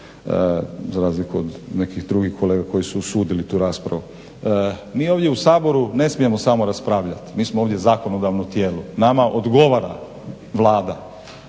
za razliku od nekih drugih kolega koji su osudili tu raspravu. Mi ovdje u Saboru ne smijemo samo raspravljati. Mi smo ovdje zakonodavno tijelo. Nama odgovara Vlada.